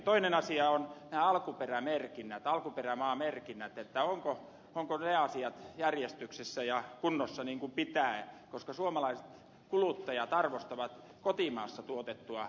toinen asia on nämä alkuperämaamerkinnät ovatko ne asiat järjestyksessä ja kunnossa niin kuin pitää koska suomalaiset kuluttajat arvostavat kotimaassa tuotettua ruokaa